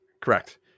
Correct